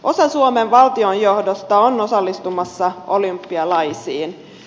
osa suomen valtionjohdosta on osallistumassa olympialaisiin